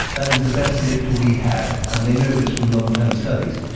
that is the best predictor we have, and they know this from long-term studies.